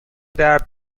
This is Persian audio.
درد